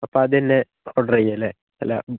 അപ്പോൾ അതുതന്നെ ഓർഡർ ചെയ്യാം അല്ലേ അല്ല